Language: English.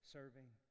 serving